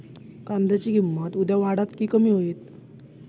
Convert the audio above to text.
कांद्याची किंमत उद्या वाढात की कमी होईत?